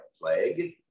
plague